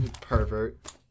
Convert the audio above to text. Pervert